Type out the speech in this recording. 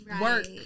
work